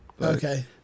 Okay